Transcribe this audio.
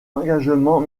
engagement